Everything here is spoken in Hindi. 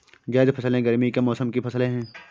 ज़ैद फ़सलें गर्मी के मौसम की फ़सलें हैं